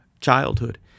childhood